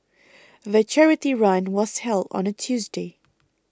the charity run was held on a Tuesday